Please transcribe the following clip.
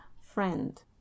friend